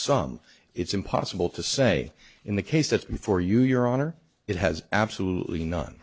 some it's impossible to say in the case that before you your honor it has absolutely no